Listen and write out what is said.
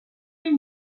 این